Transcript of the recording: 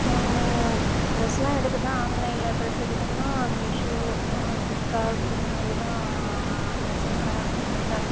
நாங்கள் ட்ரெஸ்ஸுலாம் எடுக்க தான் ஆன்லைனில் ட்ரெஸ் எடுக்கணும்ன்னா மீஷோ ஃப்ளிப்கார்ட் இதுமாதிரி தான் மிஸ் அமேசான்